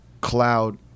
cloud